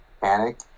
panic